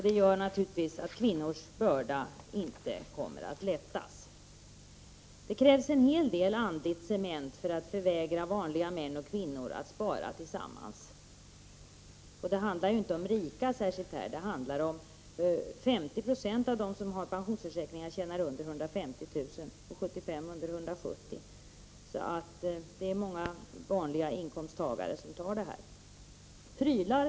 Det gör naturligtvis att kvinnors börda inte kommer att lättas. Det krävs en hel del andligt cement för att förvägra vanliga män och kvinnor att spara tillsammans. Här handlar det ju inte om särskilt rika människor. 50 96 av dem som har pensionsförsäkringar tjänar under 150 000 kr. om året och 75 96 under 170 000 kr. Det är alltså vanliga människor som tar pensionsförsäkringar.